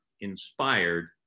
inspired